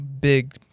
big